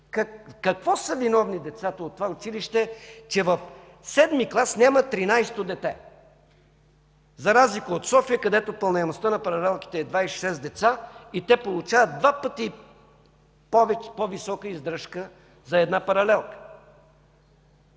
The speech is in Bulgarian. Какво са виновни децата от това училище, че в VІІ клас няма 13-то дете? За разлика от София, където пълняемостта на паралелките е 26, децата и те получават два пъти по-висока издръжка за една паралелка.